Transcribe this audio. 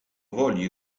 woli